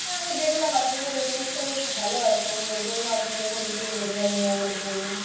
হ্যাঁ আমি দেখলাম আপনাদের রেটিংসটা বেশ ভালো আছে আমি ওই জন্য আপনাদের ওখান থেকে ডেলিভারি নেবো বলে বললাম